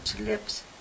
lips